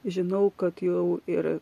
žinau kad jau ir